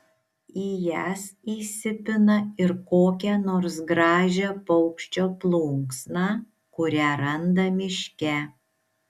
į jas įsipina ir kokią nors gražią paukščio plunksną kurią randa miške